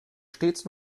stets